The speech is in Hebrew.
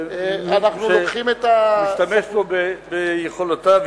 שמשתמש פה ביכולותיו,